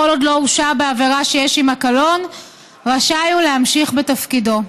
כל עוד לא הורשע בעבירה שיש עימה קלון רשאי הוא להמשיך בתפקידו.